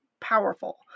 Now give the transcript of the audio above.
powerful